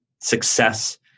success